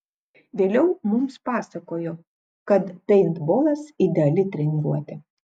vėliau mums pasakojo kad peintbolas ideali treniruotė